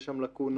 יש שם לקונה.